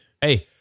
Hey